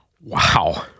Wow